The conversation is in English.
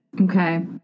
Okay